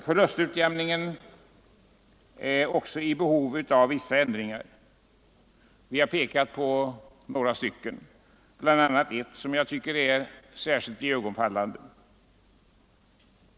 Förlustutjämningen är också i behov av vissa ändringar. Vi har pekat på några stycken, bl.a. en som jag tycker är särskilt iögonenfallande.